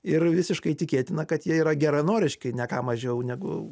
ir visiškai tikėtina kad jie yra geranoriški ne ką mažiau negu